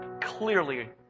clearly